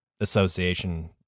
Association